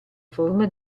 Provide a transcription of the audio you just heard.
forma